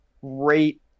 great